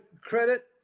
credit